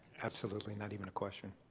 absolutely. not even a question.